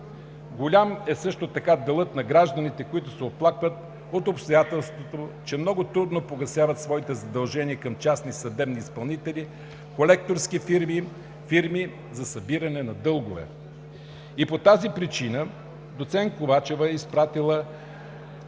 Голям е също така делът на хората, които се оплакват от обстоятелството, че много трудно погасяват своите задължения към частни съдебни изпълнители, колекторски фирми, фирми за събиране на дългове. И по тази причина доцент Ковачева е изпратила